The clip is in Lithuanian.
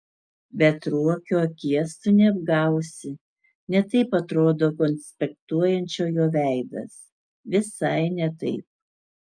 bet ruokio akies tu neapgausi ne taip atrodo konspektuojančio jo veidas visai ne taip